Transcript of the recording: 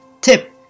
Tip